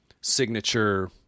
signature